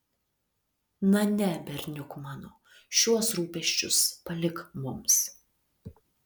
na ne berniuk mano šiuos rūpesčius palik mums